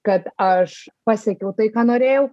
kad aš pasiekiau tai ką norėjau